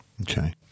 Okay